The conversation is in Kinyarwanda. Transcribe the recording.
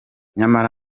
nyamara